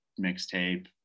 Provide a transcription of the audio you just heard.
mixtape